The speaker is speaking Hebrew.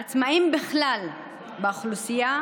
העצמאים בכלל באוכלוסייה,